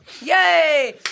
Yay